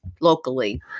locally